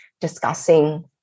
discussing